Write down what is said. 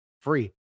free